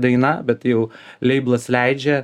daina bet jau leiblas leidžia